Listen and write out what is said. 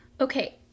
okay